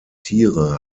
tiere